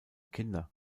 kinder